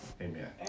Amen